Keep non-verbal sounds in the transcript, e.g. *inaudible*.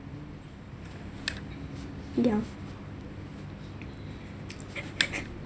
yeah *laughs*